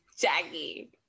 Jackie